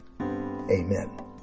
Amen